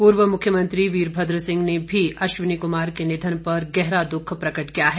पूर्व मुख्यमंत्री वीरभद्र सिंह ने भी अश्वनी कुमार के निधन पर गहरा दुख प्रकट किया है